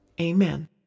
Amen